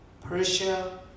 persia